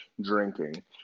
drinking